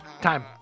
time